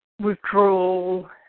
withdrawal